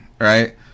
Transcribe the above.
right